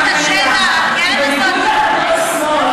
זה שאוניברסיטה,